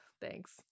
Thanks